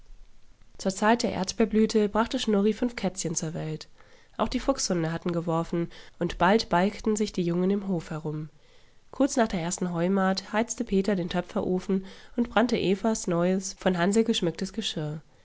zur zeit der erdbeerblüte brachte schnurri fünf kätzchen zur welt auch die fuchshunde hatten geworfen und bald balgten sich die jungen im hofe herum kurz nach der ersten heumahd heizte peter den töpferofen an und brannte evas neues von hansl geschmücktes geschirr